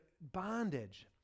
bondage